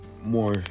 more